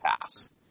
pass